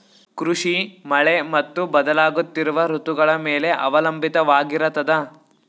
ಕೃಷಿ ಮಳೆ ಮತ್ತು ಬದಲಾಗುತ್ತಿರುವ ಋತುಗಳ ಮೇಲೆ ಅವಲಂಬಿತವಾಗಿರತದ